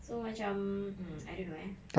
so macam um I don't know eh